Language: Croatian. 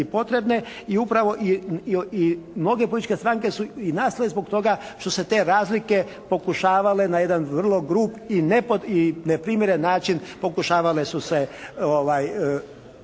I upravo mnoge političke stranke su i nastale zbog toga što su se te razlike pokušavale na jedan vrlo grub i neprimjeren način pokušavale su se